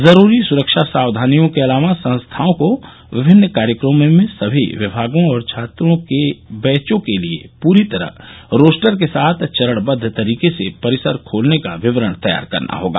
जरूरी सुरक्षा सावधानियों के अलावा संस्थाओं को विभिन्न कार्यक्रमों में समी विभागों और छात्रों के बैचों के लिये पूरी तरह रोस्टर के साथ चरणबद्ध तरीके से परिसर खोलने का विवरण तैयार करना होगा